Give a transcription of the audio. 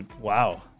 wow